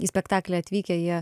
į spektaklį atvykę jie